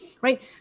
right